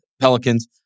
Pelicans